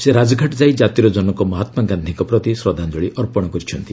ସେ ରାଜଘାଟ ଯାଇ ଜାତିର ଜନକ ମହାତ୍ମା ଗାନ୍ଧୀଙ୍କ ପ୍ରତି ଶ୍ରଦ୍ଧାଞ୍ଚଳି ଅର୍ପଣ କରିଛନ୍ତି